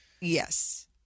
Yes